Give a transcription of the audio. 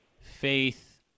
faith